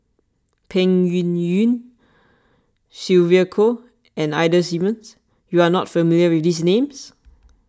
Peng Yuyun Sylvia Kho and Ida Simmons you are not familiar with these names